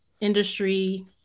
industry